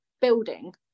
building